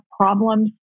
problems